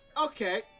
Okay